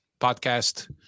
podcast